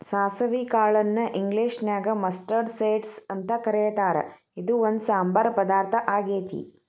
ಸಾಸವಿ ಕಾಳನ್ನ ಇಂಗ್ಲೇಷನ್ಯಾಗ ಮಸ್ಟರ್ಡ್ ಸೇಡ್ಸ್ ಅಂತ ಕರೇತಾರ, ಇದು ಒಂದ್ ಸಾಂಬಾರ್ ಪದಾರ್ಥ ಆಗೇತಿ